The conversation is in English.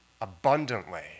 abundantly